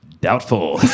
Doubtful